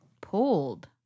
pulled